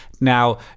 now